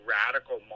radical